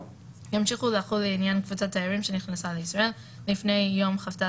ימשיכו לחול לעניין קבוצת תיירים שנכנסה לישראל לפני יום כ״ד